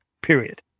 period